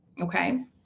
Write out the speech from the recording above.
Okay